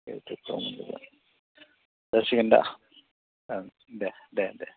इयुटुबफोराव मोनजोबगोन जासिगोन दा ओं दे दे दे